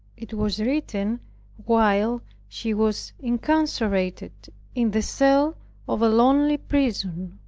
it was written while she was incarcerated in the cell of a lonely prison.